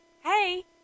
hey